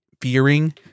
fearing